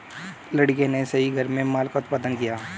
लड़के ने सही घर में माल का उत्पादन किया